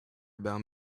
about